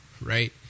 Right